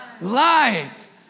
life